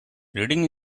reading